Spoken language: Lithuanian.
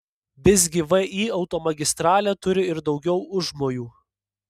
visgi vį automagistralė turi ir daugiau užmojų